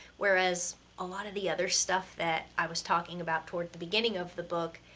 whereas a lot of the other stuff that i was talking about toward the beginning of the book,